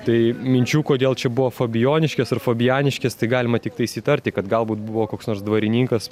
tai minčių kodėl čia buvo fabijoniškės ir fabijaniškės tai galima tiktais įtarti kad galbūt buvo koks nors dvarininkas